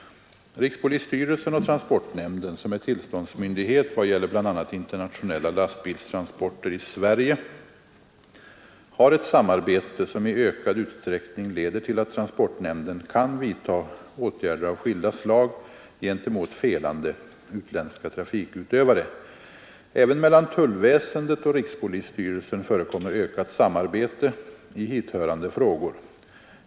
Rikspolisstyrelsen och transportnämnden, som är tillståndsmyndighet vad gäller bla. internationella lastbilstransporter i Sverige, har ett samarbete som i ökad utsträckning leder till att transportnämnden kan vidta åtgärder av skilda slag gentemot felande utländska trafikutövare. Även mellan tullväsendet och rikspolisstyrelsen förekommer ökat samar bete i hithörande frågor.